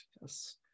yes